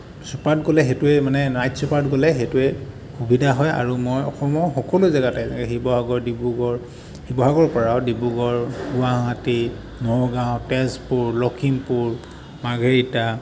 ছুপাৰত গ'লে সেইটোৱে মানে নাইট ছুপাৰত গ'লে সেইটোৱে সুবিধা হয় আৰু মই অসমৰ সকলো জেগাতে শিৱসাগৰ ডিব্ৰুগৰ শিৱসাগৰ পৰা আৰু ডিব্ৰুগড় গুৱাহাটী নগাঁও তেজপুৰ লখিমপুৰ মাৰ্ঘেৰিটা